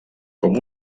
com